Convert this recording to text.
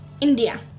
India